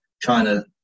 China